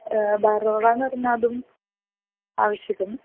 बरोळ निर्मातुं आवश्यकम्